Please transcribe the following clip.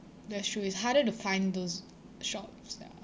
that's true it's harder to find those shops ya